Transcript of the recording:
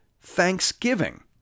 thanksgiving